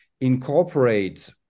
incorporate